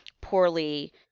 poorly